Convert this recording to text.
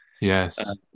yes